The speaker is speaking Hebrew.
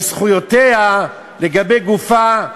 בזכויותיה לגבי גופה,